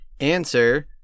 Answer